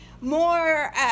more